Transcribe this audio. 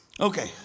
Okay